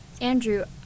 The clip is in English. Andrew